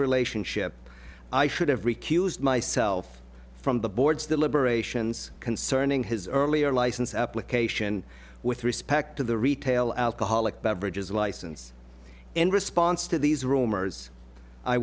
relationship i should have recused myself from the board's deliberations concerning his earlier license application with respect to the retail alcoholic beverages license in response to these rumors i